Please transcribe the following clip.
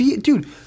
dude